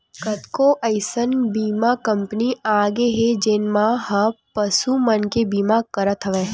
कतको अइसन बीमा कंपनी आगे हे जेन मन ह पसु मन के बीमा करत हवय